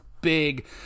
big